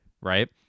right